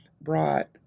brought